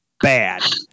bad